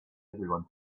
everyone